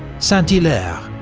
saint-hilaire,